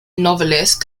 novelist